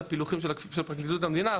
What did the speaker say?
לפילוחים של פרקליטות המדינה.